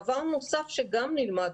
דבר נוסף שגם נלמד,